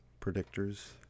predictors